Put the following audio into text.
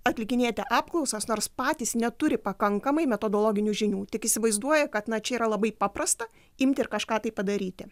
atlikinėti apklausas nors patys neturi pakankamai metodologinių žinių tik įsivaizduoja kad na čia yra labai paprasta imti ir kažką tai padaryti